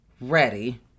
ready